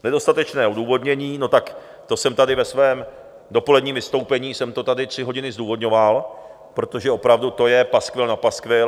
Nedostatečné odůvodnění tak to jsem tady ve svém dopoledním vystoupení tři hodiny zdůvodňoval, protože opravdu to je paskvil nad paskvil.